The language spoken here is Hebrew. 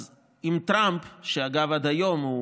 אז עם טראמפ, שאגב עד היום הוא